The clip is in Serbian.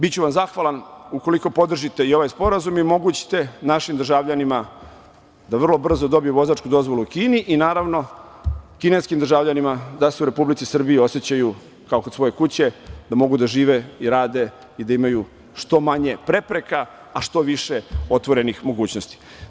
Biću vam zahvalan ukoliko podržite i ovaj sporazum i omogućite našim državljanima da vrlo brzo dobiju vozačku dozvolu u Kini i naravno, kineskim državljanima da se u Republici Srbiji osećaju kao kod svoje kuće, da mogu da žive, rade i da imaju što manje prepreka, a što više otvorenih mogućnosti.